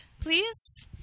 please